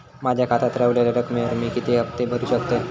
माझ्या खात्यात रव्हलेल्या रकमेवर मी किती हफ्ते भरू शकतय?